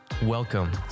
Welcome